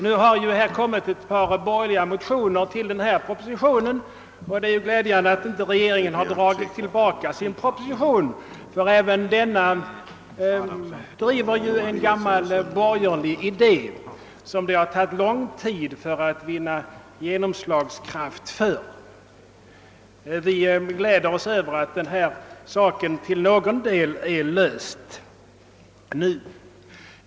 Det har väckts ett par borgerliga motioner i anslutning till propositionen, och det är glädjande att inte regeringen har dragit tillbaka sin proposition, ty även den bygger på en gammal borgerlig idé, som det har tagit lång tid att vinna genomslagskraft för. Vi gläder oss nu över att frågan till någon del har lösts.